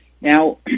Now